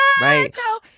Right